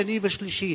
שני ושלישי.